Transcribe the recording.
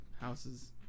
houses